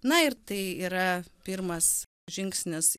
na ir tai yra pirmas žingsnis